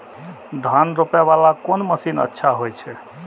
धान रोपे वाला कोन मशीन अच्छा होय छे?